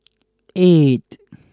eight